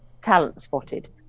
talent-spotted